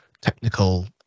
technical